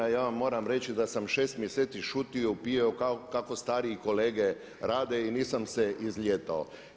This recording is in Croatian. Ja vam moram reći da sam 6 mjeseci šutio i upijao kako stariji kolege rade i nisam se izlijetao.